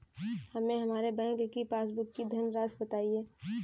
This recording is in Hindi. हमें हमारे बैंक की पासबुक की धन राशि बताइए